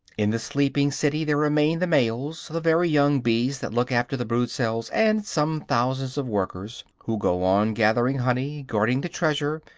in the sleeping city there remain the males, the very young bees that look after the brood-cells, and some thousands of workers who go on gathering honey, guarding the treasure,